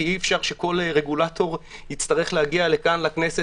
כי אי-אפשר שכל רגולטור יצטרך להגיע לכאן,